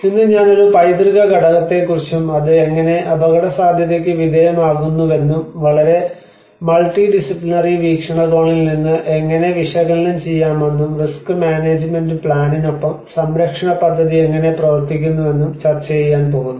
ഇന്ന് ഞാൻ ഒരു പൈതൃക ഘടകത്തെക്കുറിച്ചും അത് എങ്ങനെ അപകടസാധ്യതയ്ക്ക് വിധേയമാകുന്നുവെന്നും വളരെ മൾട്ടി ഡിസിപ്ലിനറി വീക്ഷണകോണിൽ നിന്ന് എങ്ങനെ വിശകലനം ചെയ്യാമെന്നും റിസ്ക് മാനേജ്മെന്റ് പ്ലാനിനൊപ്പം സംരക്ഷണ പദ്ധതി എങ്ങനെ പ്രവർത്തിക്കുന്നുവെന്നും ചർച്ചചെയ്യാൻ പോകുന്നു